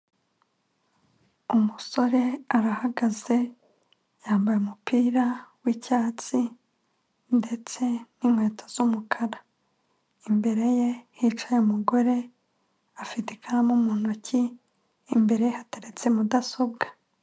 Umusore arahagaze yambaye umupira w'icyatsi ndetse n'inkweto z'umukara, imbere ye hicaye umugore afite ikaramu mu ntoki, imbere ye hateretse mudasobwa.